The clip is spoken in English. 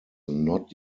not